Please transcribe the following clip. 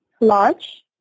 large